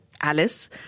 Alice